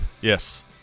Yes